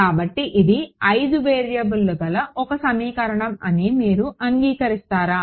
కాబట్టి ఇది 5 వేరియబుల్స్ గల ఒక సమీకరణం అని మీరు అంగీకరిస్తారా